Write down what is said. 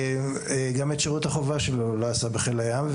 הוא גם את שירות החובה שלו לא עשה בחיל הים.